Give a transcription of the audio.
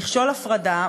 מכשול ההפרדה,